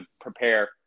prepare